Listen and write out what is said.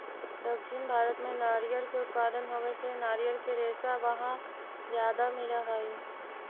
दक्षिण भारत में नारियर के उत्पादन होवे से नारियर के रेशा वहाँ ज्यादा मिलऽ हई